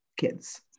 kids